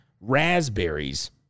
raspberries